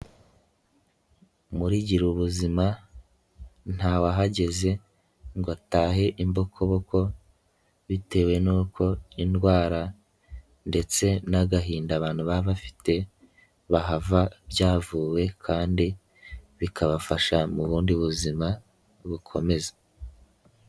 Muri giru ubuzima ntawahageze ngo atahe imbokoboko bitewe n'uko indwara ndetse n'agahinda abantu baba bafite bahava byavuwe kandi bikabafasha mu bundi buzima bukomeza.